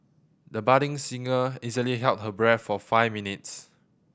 the budding singer easily held her breath for five minutes